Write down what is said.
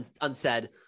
unsaid